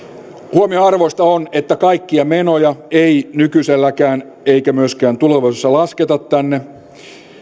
huomionarvoista on että kaikkia menoja ei nykyiselläänkään eikä myöskään tulevaisuudessa lasketa tänne